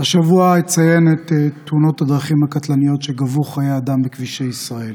השבוע אציין את תאונות הדרכים הקטלניות שגבו חיי אדם בכבישי ישראל,